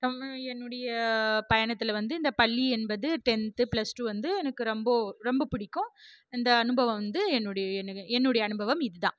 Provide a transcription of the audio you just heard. என்னுடைய பயணத்தில் வந்து இந்த பள்ளி என்பது டென்த்து பிளஸ் டூ வந்து எனக்கு ரொம்ப ரொம்ப பிடிக்கும் இந்த அனுபவம் வந்து என்னுடைய என்னுடைய அனுபவம் இது தான்